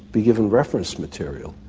be given reference material,